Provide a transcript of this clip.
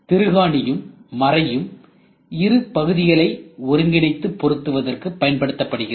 திருகாணியும் மறையும் இரு பகுதிகளை ஒன்றிணைத்து பொருத்துவதற்கு பயன்படுத்தப்படுகிறது